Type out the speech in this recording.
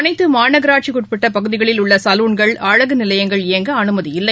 அனைத்து மாநகராட்சிக்குட்பட்ட பகுதிகளில் உள்ள சலூன்கள் அழகு நிலையங்கள் இயங்க அனுமதி இல்லை